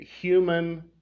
human